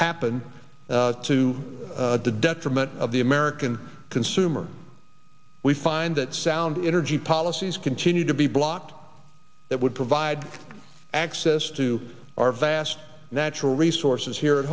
happen to the detriment of the american consumer we find that sound energy policies continue to be blocked that would provide access to our vast natural resources here at